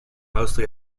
mostly